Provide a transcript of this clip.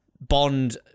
Bond